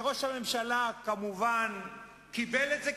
וראש הממשלה כמובן קיבל את זה,